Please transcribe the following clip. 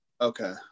okay